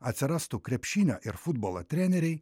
atsirastų krepšinio ir futbolo treneriai